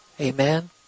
Amen